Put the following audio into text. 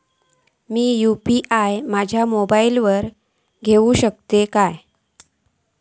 मी UPI माझ्या मोबाईलावर घेवक शकतय काय?